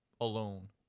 alone